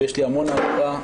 ויש לי המון הערכה,